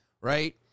right